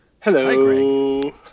Hello